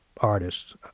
artists